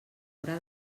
haurà